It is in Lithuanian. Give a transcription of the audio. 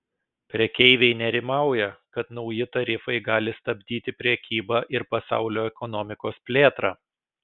prekeiviai nerimauja kad nauji tarifai gali stabdyti prekybą ir pasaulio ekonomikos plėtrą